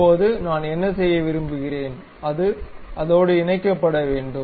இப்போது நான் என்ன செய்ய விரும்புகிறேன் இது அதோடு இணைக்கப்பட வேண்டும்